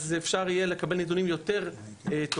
אז אפשר יהיה לקבל נתונים יותר טובים.